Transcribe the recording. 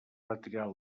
retirar